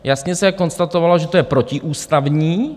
Jasně se konstatovalo, že to je protiústavní.